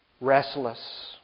Restless